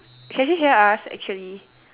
can she hear us actually